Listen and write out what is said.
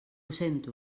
sento